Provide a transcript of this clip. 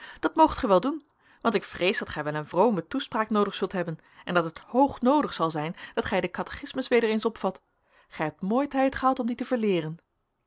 dat moogt ge wel doen want ik vrees dat gij wel een vrome toespraak noodig zult hebben en dat het hoognoodig zal zijn dat gij den catechismus weder eens opvat gij hebt mooi tijd gehad om dien te verleeren